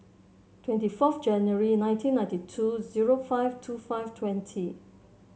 twenty four January nineteen ninety two zero five two five twenty